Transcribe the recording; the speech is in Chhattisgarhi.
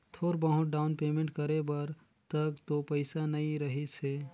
थोर बहुत डाउन पेंमेट करे बर तक तो पइसा नइ रहीस हे